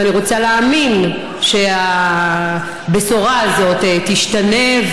ואני רוצה להאמין שהבשורה הזאת תשתנה,